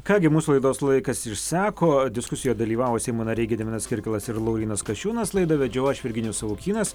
ką gi mūsų laidos laikas išseko diskusijoje dalyvavo seimo nariai gediminas kirkilas ir laurynas kasčiūnas laidą vedžiau aš virginijus savukynas